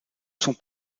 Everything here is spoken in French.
sont